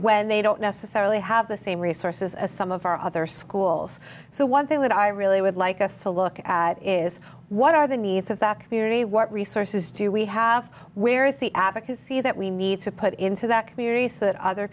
when they don't necessarily have the same resources as some of our other schools so one thing that i really would like us to look at is what are the needs of that community what resources do we have where is the advocacy that we need to put into that community so that other